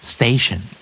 Station